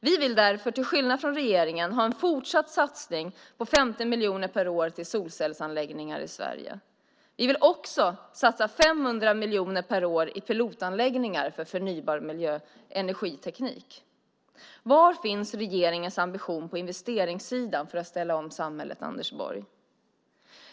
Vi vill därför till skillnad från regeringen ha en fortsatt satsning på 50 miljoner per år till solcellsanläggningar i Sverige. Vi vill också satsa 500 miljoner per år i pilotanläggningar för förnybar energiteknik. Var finns regeringens ambition på investeringssidan för att ställa om samhället, Anders Borg?